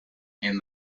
and